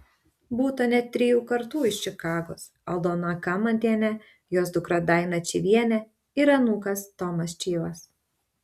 būta net trijų kartų iš čikagos aldona kamantienė jos dukra daina čyvienė ir anūkas tomas čyvas